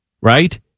right